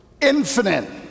Infinite